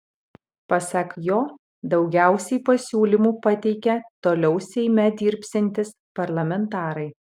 pasak jo daugiausiai pasiūlymų pateikė toliau seime dirbsiantys parlamentarai